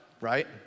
right